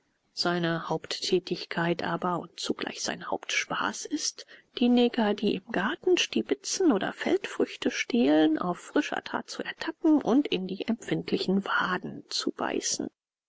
seine haupttätigkeit aber und zugleich sein hauptspaß ist die neger die im garten stiebitzen oder feldfrüchte stehlen auf frischer tat zu ertappen und in die empfindlichen waden zu beißen